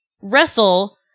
wrestle